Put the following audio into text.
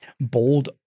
bold